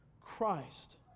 Christ